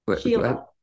Sheila